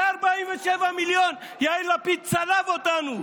147 מיליון, יאיר לפיד צלב אותנו.